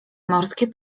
morskie